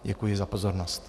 Děkuji za pozornost.